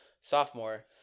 sophomore